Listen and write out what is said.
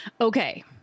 Okay